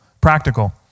practical